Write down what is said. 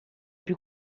più